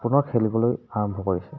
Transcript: পুনৰ খেলিবলৈ আৰম্ভ কৰিছে